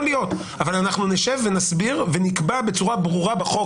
אבל אנחנו נשב ונסביר ונקבע בצורה ברורה בחוק